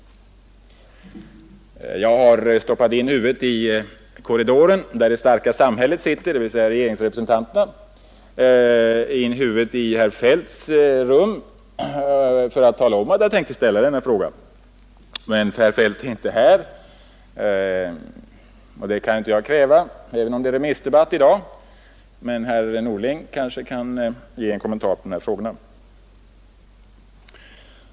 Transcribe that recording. Jag har stoppat in huvudet i korridoren där det ”starka samhället” sitter, dvs. regeringsrepresentanterna, jag har stoppat in det i herr Feldts rum för att tala om att jag tänkte ställa denna fråga. Men herr Feldt är inte här. Jag kan inte kräva att han skall vara här även om det är allmänpolitisk debatt i dag, men kanske herr Norling kan ge en kommentar till dessa frågor.